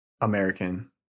American